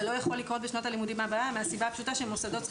זה לא יכול לקרות בשנת הלימודים הבאה מהסיבה הפשוטה שמוסדות צריכים